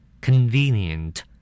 Convenient